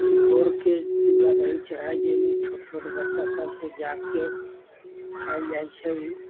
भोरके चूड़ा दही चढ़ाइ छै जाहिमे छोट छोट बच्चा सबके जाके खुवाइल जाइ छै